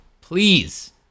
please